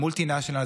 ה-multi national,